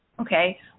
Okay